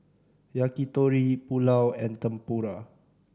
Yakitori Pulao and Tempura